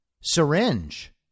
syringe